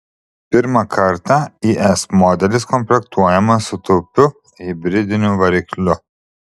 pirmą kartą is modelis komplektuojamas su taupiu hibridiniu varikliu